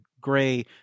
Gray